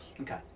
Okay